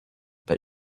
but